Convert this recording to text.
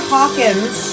Hawkins